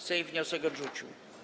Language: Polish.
Sejm wniosek odrzucił.